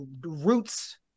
roots